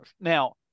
Now